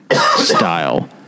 style